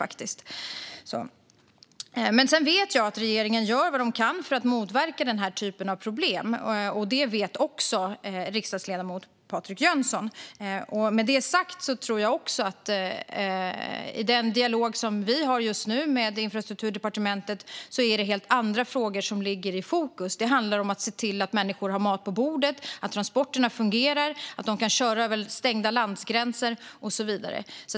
Jag vet att regeringen gör vad den kan för att motverka den här typen av problem. Det vet också riksdagsledamoten Patrik Jönsson. Med det sagt tror jag att det i den dialog som vi för med Infrastrukturdepartementet just nu är helt andra frågor som ligger i fokus. Det handlar om att se till att människor har mat på bordet, att transporterna fungerar och kan köra över stängda landsgränser och så vidare.